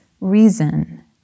reason